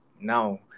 Now